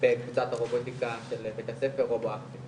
בבית הספר ועכשיו